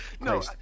no